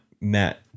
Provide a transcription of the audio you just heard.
met